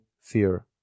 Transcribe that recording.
fear